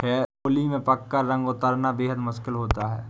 होली में पक्का रंग उतरना बेहद मुश्किल होता है